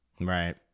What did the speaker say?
Right